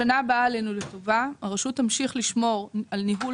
בשנה הבאה עלינו לטובה הרשות תמשיך לשמור על ניהול